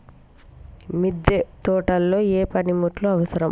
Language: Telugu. మిద్దె తోటలో ఏ పనిముట్లు అవసరం?